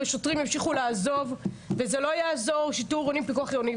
שוטרים ימשיכו לעזוב וזה לא יעזור שיטור עירוני ופיקוח עירוני.